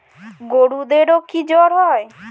গরুদেরও কি জ্বর হয়?